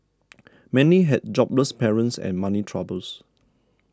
many had jobless parents and money troubles